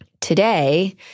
Today